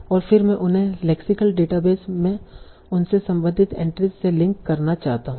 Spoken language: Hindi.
और फिर मैं उन्हें लेक्सिकल डेटाबेस में उनसे संबंधित एंट्रीज़ से लिंक करना चाहता हूं